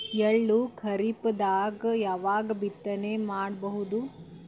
ಎಳ್ಳು ಖರೀಪದಾಗ ಯಾವಗ ಬಿತ್ತನೆ ಮಾಡಬಹುದು?